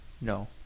No